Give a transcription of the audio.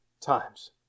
times